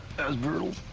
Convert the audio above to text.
that was brutal.